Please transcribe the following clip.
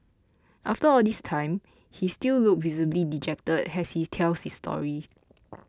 after all this time he still looks visibly dejected as he tells this story